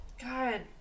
God